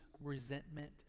resentment